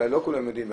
אולי לא כולם יודעים,